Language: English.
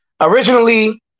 originally